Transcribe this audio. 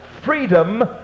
freedom